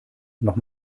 noch